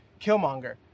Killmonger